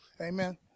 amen